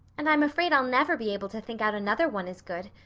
and i'm afraid i'll never be able to think out another one as good.